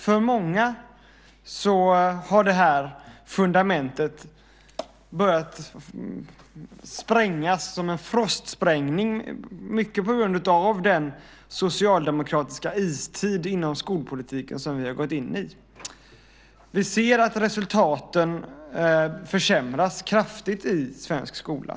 För många har det här fundamentet börjat sprängas som en frostsprängning, mycket på grund av den socialdemokratiska istid inom skolpolitiken som vi har gått in i. Vi ser att resultaten har försämrats kraftigt i svensk skola.